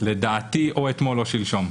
לדעתי או אתמול או שלשום.